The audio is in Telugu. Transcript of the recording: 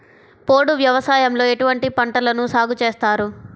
పోడు వ్యవసాయంలో ఎటువంటి పంటలను సాగుచేస్తారు?